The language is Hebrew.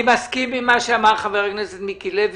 אני מסכים עם מה שאמר חבר הכנסת מיקי לוי.